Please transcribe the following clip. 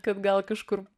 kad gal kažkur